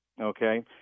okay